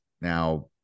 now